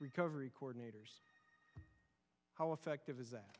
recovery coordinators how effective is that